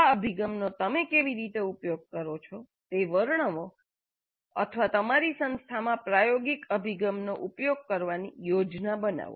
આ અભિગમનો તમે કેવી રીતે ઉપયોગ કરો છો તે વર્ણવો અથવા તમારી સંસ્થામાં પ્રાયોગિક અભિગમનો ઉપયોગ કરવાની યોજના બનાવો